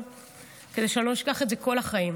חברת הכנסת מירב בן ארי,